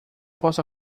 posso